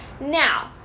Now